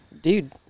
dude